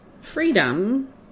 freedom